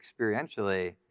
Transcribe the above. experientially